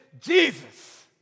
Jesus